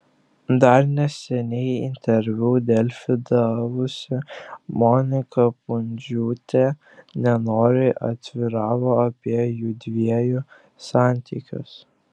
dar neseniai interviu delfi davusi monika pundziūtė nenoriai atviravo apie jųdviejų santykius